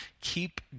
keep